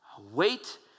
Wait